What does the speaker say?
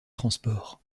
transport